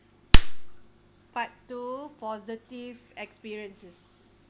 part two positive experiences